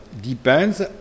depends